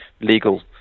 legal